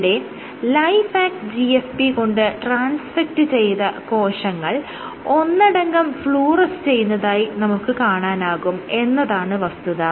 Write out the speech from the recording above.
ഇവിടെ Lifeact GFP കൊണ്ട് transfect ചെയ്ത കോശങ്ങൾ ഒന്നടങ്കം ഫ്ലൂറെസ് ചെയ്യുന്നതായി നമുക്ക് കാണാനാകും എന്നതാണ് വസ്തുത